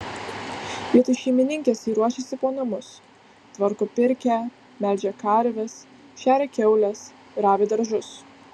vietoj šeimininkės ji ruošiasi po namus tvarko pirkią melžia karves šeria kiaules ravi daržus